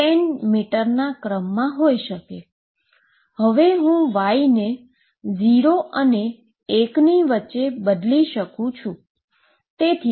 હવે હું y ને 0 થી 1 ની વચ્ચે બદલી શકું છું